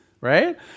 right